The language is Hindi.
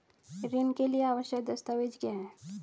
ऋण के लिए आवश्यक दस्तावेज क्या हैं?